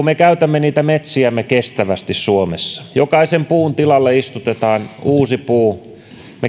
me käytämme niitä metsiämme kestävästi suomessa jokaisen puun tilalle istutetaan uusi puu